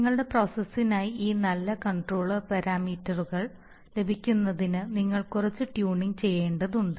നിങ്ങളുടെ പ്രോസസ്സിനായി ഈ നല്ല കൺട്രോളർ പാരാമീറ്ററുകൾ ലഭിക്കുന്നതിന് നിങ്ങൾ കുറച്ച് ട്യൂണിംഗ് ചെയ്യേണ്ടതുണ്ട്